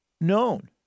known